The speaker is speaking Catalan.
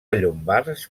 llombards